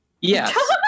yes